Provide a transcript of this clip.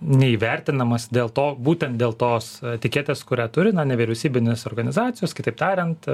neįvertinamas dėl to būtent dėl tos etiketės kurią turi na nevyriausybinės organizacijos kitaip tariant